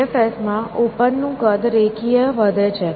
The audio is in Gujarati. DFS માં ઓપન નું કદ રેખીય વધે છે